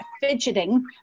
fidgeting